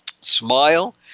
Smile